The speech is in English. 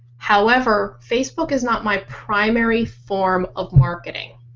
however, facebook is not my primary form of marketing.